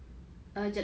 oh well